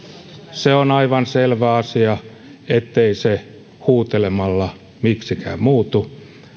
se on aivan selvä asia ettei se huutelemalla miksikään muutu